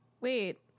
Wait